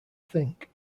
think